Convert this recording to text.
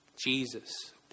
Jesus